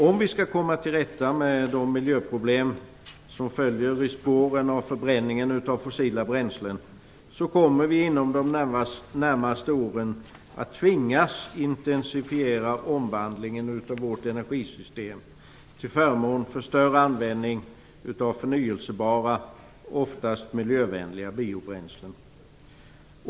Om vi skall komma till rätta med de miljöproblem som följer i spåren av förbränningen av fossila bränslen, kommer vi inom de närmaste åren att tvingas intensifiera omvandlingen av vårt energisystem till förmån för större användning av förnybara och oftast miljövänliga biobränslen.